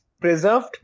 preserved